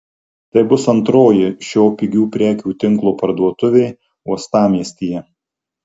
tai bus antroji šio pigių prekių tinklo parduotuvė uostamiestyje